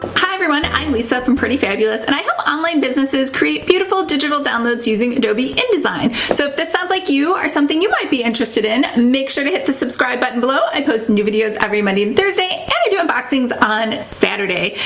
hi, everyone, i'm lisa from pretty fabulous, and i help online businesses create beautiful digital downloads using adobe indesign. so if this sounds like you or something you might be interested in, make sure to hit the subscribe button below. i post new videos every monday and thursday, and i do unboxings on saturday.